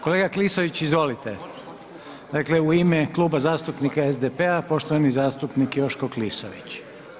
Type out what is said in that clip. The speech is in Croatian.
Kolega Klisović izvolite, dakle u ime Kluba zastupnika SDP-a poštovani zastupnik Joško Klisović.